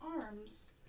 arms